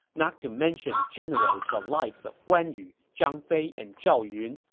not to mention generals the likes of guan yu, zhang fei, and zhao yun,